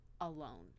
alone